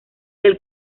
del